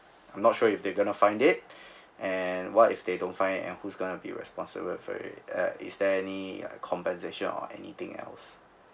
I'm not sure if they gonna find it and what if they don't find it and who's gonna be responsible for it eh is there any compensation or anything else